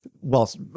whilst